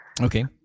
okay